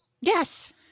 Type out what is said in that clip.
Yes